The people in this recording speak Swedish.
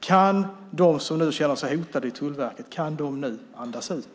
Kan de som känner sig hotade i Tullverket nu andas ut?